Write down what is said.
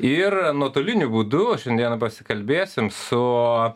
ir nuotoliniu būdu šiandieną pasikalbėsim su